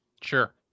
Sure